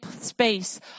space